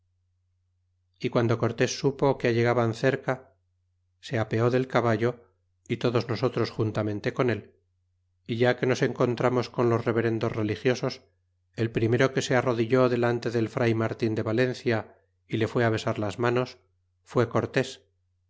y guando cortés supo que allegaban cerca se apeó del caballo y todos nosotros juntamente con el é ya que nos encontramos con los reverendos religiosos el primero que se arrodilló delante del fray martin de valencia y le fue besar las manos fue cortés